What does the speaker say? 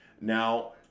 Now